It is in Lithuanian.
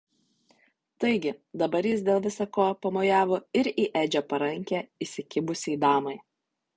taigi dabar jis dėl visa ko pamojavo ir į edžio parankę įsikibusiai damai